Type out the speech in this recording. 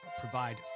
provide